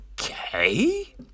okay